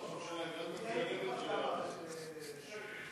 ההצעה להעביר את הנושא לוועדת הכספים נתקבלה.